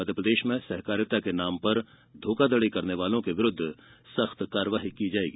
मध्यप्रदेश में सहकारिता के नाम पर धोखाधड़ी करने वालों के विरुद्ध सख्त कार्रवाई की जाएगी